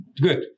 Good